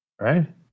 Right